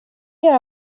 göra